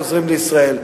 חוזרים לישראל.